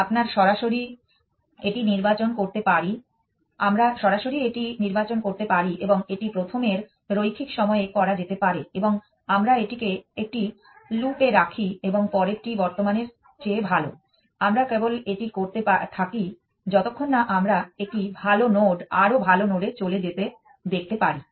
আমরা সরাসরি এটি নির্বাচন করতে পারি এবং এটি প্রথমের রৈখিক সময়ে করা যেতে পারে এবং আমরা এটিকে একটি লুপ এ রাখি যখন পরেরটি বর্তমানের চেয়ে ভাল আমরা কেবল এটি করতে থাকি যতক্ষণ না আমরা একটি ভাল নোড আরও ভাল নোডে চলে যেতে দেখতে পারি